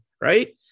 right